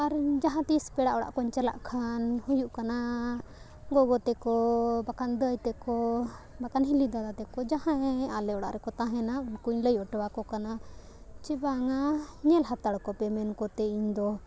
ᱟᱨ ᱡᱟᱦᱟᱸ ᱛᱤᱥ ᱯᱮᱲᱟ ᱚᱲᱟᱜ ᱠᱚᱧ ᱪᱟᱞᱟᱜ ᱠᱷᱟᱱ ᱦᱩᱭᱩᱜ ᱠᱟᱱᱟ ᱜᱚᱜᱚ ᱛᱮᱠᱚ ᱵᱟᱠᱷᱟᱱ ᱫᱟᱹᱭ ᱛᱮᱠᱚ ᱵᱟᱠᱷᱟᱱ ᱦᱤᱞᱤ ᱫᱟᱫᱟ ᱛᱮᱠᱚ ᱡᱟᱦᱟᱸᱭ ᱟᱞᱮ ᱚᱲᱟᱜ ᱨᱮᱠᱚ ᱛᱟᱦᱮᱱᱟ ᱩᱱᱠᱩᱧ ᱞᱟᱹᱭ ᱚᱴᱚᱣᱟᱠᱚ ᱠᱟᱱᱟ ᱪᱮ ᱵᱟᱝᱟ ᱧᱮᱞ ᱦᱟᱛᱟᱲ ᱟᱠᱚᱯᱮ ᱢᱮᱱ ᱠᱟᱛᱮᱫ ᱤᱧᱫᱚ